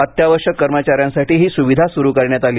अत्यावश्यक कर्मचाऱ्यांसाठी ही सुविधा सुरू करण्यात आली